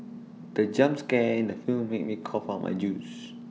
the jump scare in the film made me cough out my juice